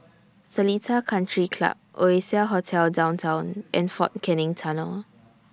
Seletar Country Club Oasia Hotel Downtown and Fort Canning Tunnel